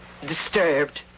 Disturbed